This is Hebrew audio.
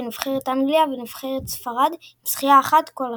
ונבחרת אנגליה ונבחרת ספרד עם זכייה אחת כל אחת.